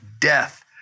death